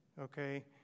Okay